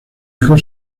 hijo